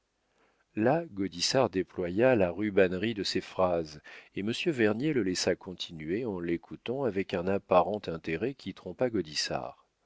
là gaudissart déploya la rubannerie de ses phrases et monsieur vernier le laissa continuer en l'écoutant avec un apparent intérêt qui